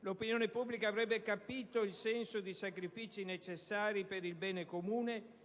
l'opinione pubblica avrebbe capito il senso di sacrifici necessari per il bene comune,